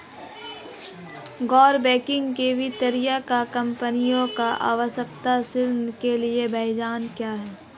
गैर बैंकिंग वित्तीय कंपनियों में आवास ऋण के लिए ब्याज क्या है?